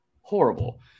Horrible